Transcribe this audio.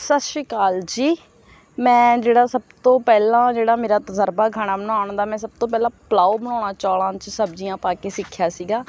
ਸਤਿ ਸ਼੍ਰੀ ਅਕਾਲ ਜੀ ਮੈਂ ਜਿਹੜਾ ਸਭ ਤੋਂ ਪਹਿਲਾਂ ਜਿਹੜਾ ਮੇਰਾ ਤਜ਼ਰਬਾ ਖਾਣਾ ਬਣਾਉਣ ਦਾ ਮੈਂ ਸਭ ਤੋਂ ਪਹਿਲਾਂ ਪਲਾਓ ਬਣਾਉਣਾ ਚੌਲ੍ਹਾਂ 'ਚ ਸਬਜ਼ੀਆਂ ਪਾ ਕੇ ਸਿੱਖਆ ਸੀਗਾ